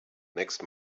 next